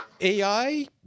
AI